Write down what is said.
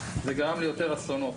זה גרם ליותר אסונות.